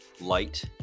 light